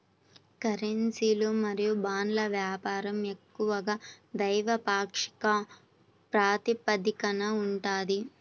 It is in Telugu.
కరెన్సీలు మరియు బాండ్ల వ్యాపారం ఎక్కువగా ద్వైపాక్షిక ప్రాతిపదికన ఉంటది